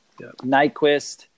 Nyquist